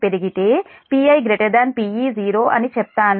అని చెప్తాను